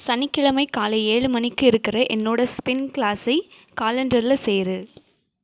சனிக்கிழமை காலை ஏழு மணிக்கு இருக்கிற என்னோட ஸ்பின் கிளாஸை காலண்டரில் சேர்